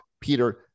Peter